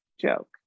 joke